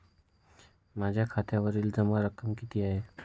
माझ्या खात्यावरील जमा रक्कम किती आहे?